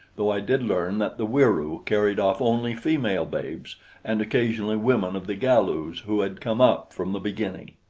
though i did learn that the wieroo carried off only female babes and occasionally women of the galus who had come up from the beginning.